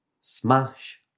Smash